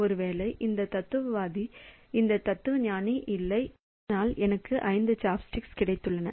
ஒருவேளை இந்த தத்துவவாதி இந்த தத்துவஞானி இல்லை ஆனால் எனக்கு 5 சாப்ஸ்டிக்ஸ் கிடைத்துள்ளன